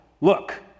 look